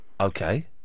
Okay